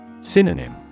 Synonym